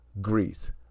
Greece